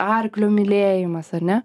arklio mylėjimas ar ne